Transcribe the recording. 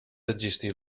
existir